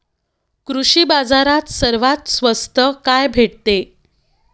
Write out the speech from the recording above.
कृषी बाजारात सर्वात स्वस्त काय भेटते?